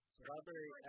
Strawberry